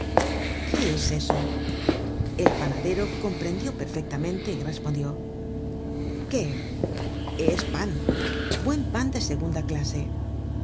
qué es eso el panadero comprendió perfectamente y respondió qué es pan buen pan de segunda clase